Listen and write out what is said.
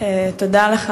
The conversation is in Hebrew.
תודה לך.